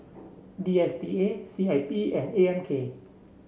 D S T A C I P and A M K